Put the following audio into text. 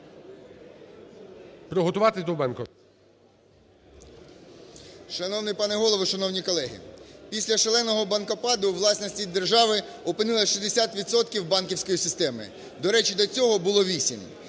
Шановний пане Голово! Шановні колеги! Після шаленого банкопаду у власності держави опинилось 60 відсотків банківської системи. До речі, до цього було 8.